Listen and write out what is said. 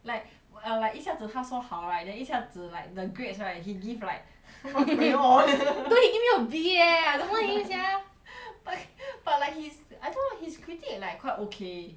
like err like 一下子他说好 right then 一下子 like the grades right he give like what's going on 都没有给我 B eh I don't like him sia but but like he's I thought his critic like quite okay